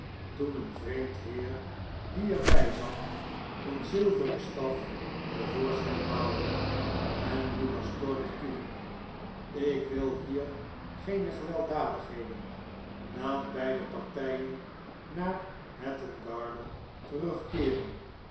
toen een vreemd heer die er by zat een zilveren staf te voorschijn haalde en lukas toornig toeriep ik wil hier geene gewelddadigheden laat beide partijen naar hatton garden terugkeeren